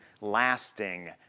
lasting